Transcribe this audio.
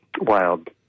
wild